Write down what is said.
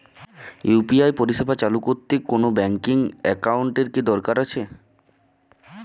UPI পরিষেবা চালু করতে কোন ব্যকিং একাউন্ট এর কি দরকার আছে?